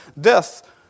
Death